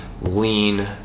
lean